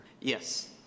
Yes